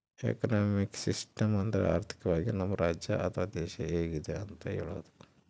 economic system ಅಂದ್ರ ಆರ್ಥಿಕವಾಗಿ ನಮ್ ರಾಜ್ಯ ಅಥವಾ ದೇಶ ಹೆಂಗಿದೆ ಅಂತ ಹೇಳೋದು